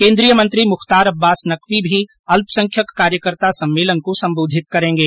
केन्द्रीय मंत्री मुख्तार अब्बास नेकवी भी अल्पसंख्यक कार्यकर्ता सम्मेलन को संबोधित करेंगे